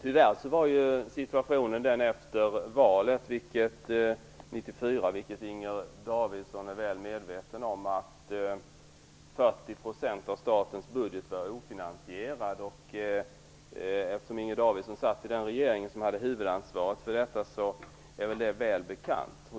Herr talman! Som Inger Davidson är väl medveten om var situationen efter valet 1994 tyvärr den att Inger Davidsson satt i den regering som hade huvudansvaret för detta är det väl bekant.